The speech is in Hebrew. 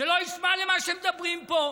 שלא ישמע למה שמדברים פה,